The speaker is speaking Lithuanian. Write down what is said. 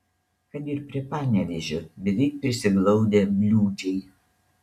kad ir prie panevėžio beveik prisiglaudę bliūdžiai